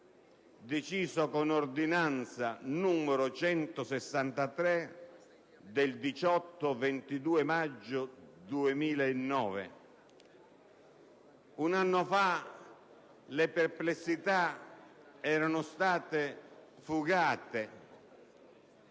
deciso con ordinanza n. 163 del 18-22 maggio 2009. Un anno fa le perplessità erano state fugate